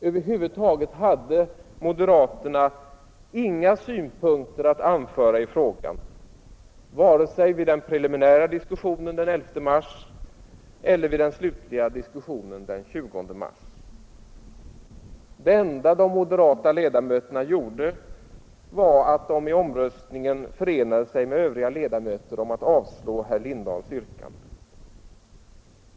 Över huvud taget hade moderaterna inga synpunkter att anföra i frågan vare sig vid den preliminära diskussionen den 11 mars eller vid den slutliga diskussionen den 20 mars. Det enda de moderata ledamöterna gjorde var att de vid omröstningen förenade sig med övriga ledamöter i ett avstyrkande av herr Lindahls yrkande.